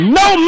no